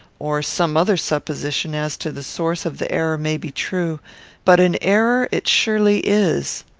or some other supposition as to the source of the error may be true but an error it surely is.